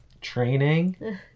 Training